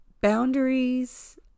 boundaries